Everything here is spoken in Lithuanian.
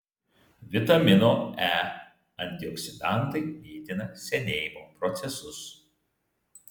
vitamino e antioksidantai lėtina senėjimo procesus